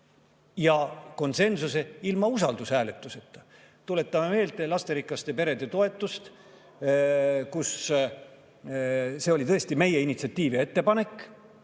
ja konsensuse ilma usaldushääletuseta! Tuletame meelde lasterikaste perede toetust. See oli tõesti meie initsiatiiv ja ettepanek.